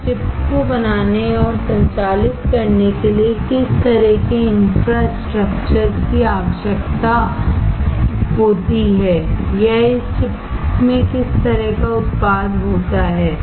और इस चिप को बनाने और संचालित करने के लिए किस तरह के इंफ्रास्ट्रक्चर की आवश्यकता होती है या इस चिप में किस तरह का उत्पाद होता है